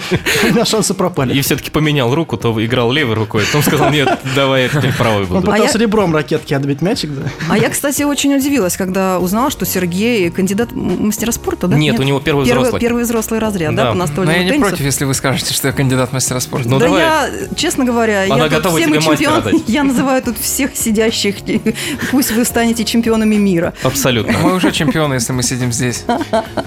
И наши шансы пропали. И всё-таки поменял руку, то играл левой рукой, а потом сказал, «Нет, давай я теперь правой буду». Он пытался А я- ребром ракетки отбить мячик, да? А я, кстати, очень удивилась, когда узнала, что Сергей кандидат м- мастера спорта, да? Нет, Нет? у него первый Первый- взрослый. первый взрослый разряд, да, Да. по настольному Но я не теннису. против, если вы скажете, что я кандидат мастера спорта. Ну, Да давай. я, э, честно говоря, Она я тут готова всеми тебе мастера чемпион- дать. Я называю тут всех сидящих. Пусть вы станете чемпионами мира. Абсолютно. Мы уже чемпионы, если мы сидим здесь.